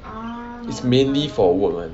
is mainly for work one